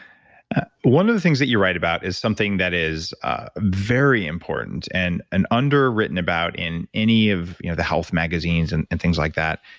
one of the things that you write about is something that is a very important and and under written about in any of you know the health magazines and and things like that.